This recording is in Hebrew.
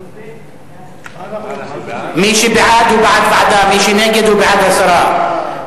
מי שנגד הוא בעד הסרה.